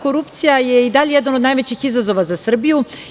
Korupcija je i dalje jedan od najvećih izazova za Srbiju.